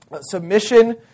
Submission